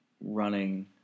running